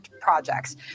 projects